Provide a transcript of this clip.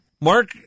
Mark